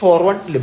41 ലഭിക്കും